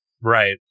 Right